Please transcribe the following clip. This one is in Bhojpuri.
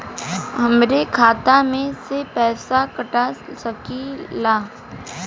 हमरे खाता में से पैसा कटा सकी ला?